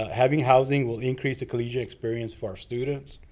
having housing will increase the collegiate experience for our students.